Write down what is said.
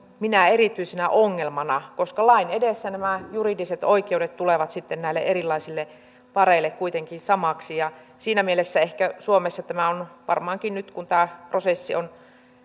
minään erityisenä ongelmana koska lain edessä nämä juridiset oikeudet tulevat sitten näille erilaisille pareille kuitenkin samoiksi siinä mielessä suomessa tämä on varmaankin nyt kun tämä prosessi on